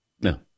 No